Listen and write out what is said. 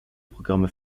programme